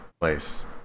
place